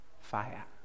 fire